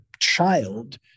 child